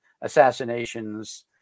assassinations